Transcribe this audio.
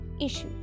issue